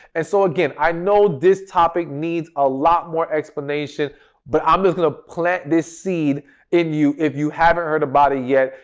and so again, i know this topic needs a lot more explanation but i'm just going to plant this seed in you if you haven't heard about it yet.